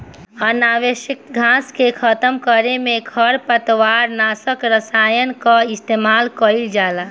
अनावश्यक घास के खतम करे में खरपतवार नाशक रसायन कअ इस्तेमाल कइल जाला